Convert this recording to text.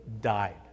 died